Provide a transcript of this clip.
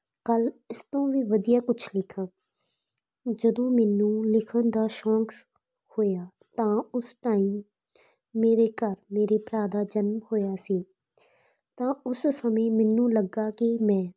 ਕੱਲ ਇਸ ਤੋਂ ਵੀ ਵਧੀਆ ਕੁਛ ਲਿਖਾਂ ਜਦੋਂ ਮੈਨੂੰ ਲਿਖਣ ਦਾ ਸ਼ੌਂਕ ਹੋਇਆ ਤਾਂ ਉਸ ਟਾਈਮ ਮੇਰੇ ਘਰ ਮੇਰੇ ਭਰਾ ਦਾ ਜਨਮ ਹੋਇਆ ਸੀ ਤਾਂ ਉਸ ਸਮੇਂ ਮੈਨੂੰ ਲੱਗਾ ਕਿ ਮੈਂ